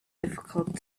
difficult